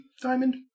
diamond